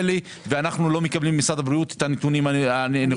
אנחנו לא מקבלים את הנתונים הנכונים.